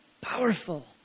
Powerful